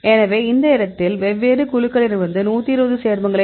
எனவே இந்த இடத்தில் வெவ்வேறு குழுக்களிடமிருந்து 120 சேர்மங்களைத்